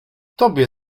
tobie